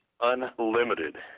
Unlimited